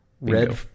Red